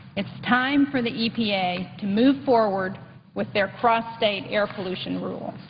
it's time for the e p a. to move forward with their cross-state air pollution rule.